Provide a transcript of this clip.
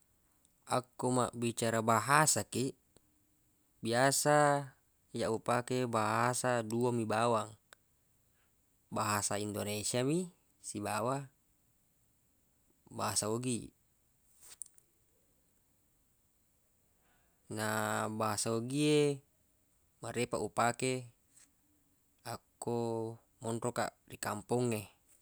Akko mabbicara bahasa kiq biasa iyyaq upake bahasa dua mi bawang bahasa indonesia mi sibawa bahasa ogi na bahasa ogi e marepeq upake akko monro kaq ri kampongnge.